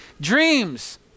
dreams